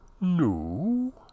no